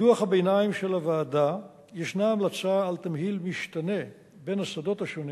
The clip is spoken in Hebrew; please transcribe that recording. בדוח הביניים של הוועדה ישנה המלצה על תמהיל משתנה בין השדות השונים,